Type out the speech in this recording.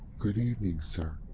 good evening sir.